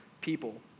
people